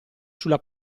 sulla